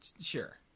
sure